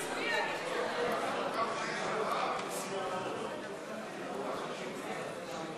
חוק למניעת הסתננות (עבירות ושיפוט)